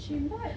she bought